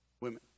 women